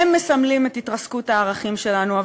הם מסמלים את התרסקות הערכים שלנו.